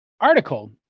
article